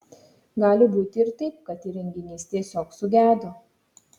gali būti ir taip kad įrenginys tiesiog sugedo